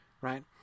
right